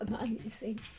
amazing